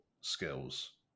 skills